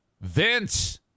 Vince